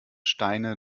steine